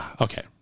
Okay